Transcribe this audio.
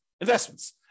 investments